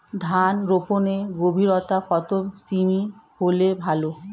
ধান রোপনের গভীরতা কত সেমি হলে ভালো?